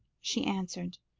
she answered,